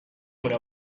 مونه